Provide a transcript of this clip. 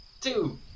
two